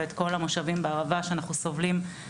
ואת כל המושבים בערבה שאנחנו סובלים בהם